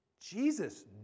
Jesus